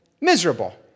miserable